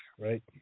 right